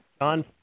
John